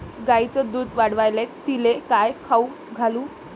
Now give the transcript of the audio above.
गायीचं दुध वाढवायले तिले काय खाऊ घालू?